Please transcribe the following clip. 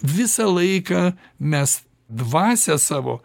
visą laiką mes dvasią savo